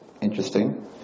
Interesting